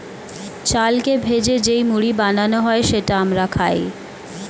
চালকে ভেজে যেই মুড়ি বানানো হয় সেটা আমরা খাই